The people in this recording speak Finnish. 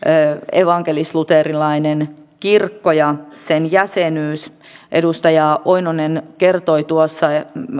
evankelisluterilainen kirkko ja sen jäsenyys edustaja oinonen kertoi tuossa